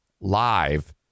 live